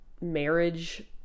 marriage